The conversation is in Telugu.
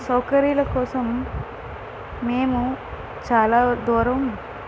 సౌకర్యాల కోసం మేము చాలా దూరం